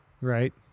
Right